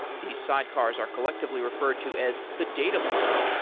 these sidecars are collectively referred to as the data plane.